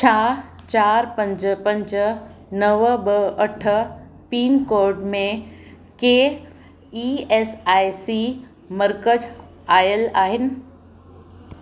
छा चार पंज पंज नव ॿ अठ पीनकोड में के ई एस आई सी मर्कज़ आयलु आहिनि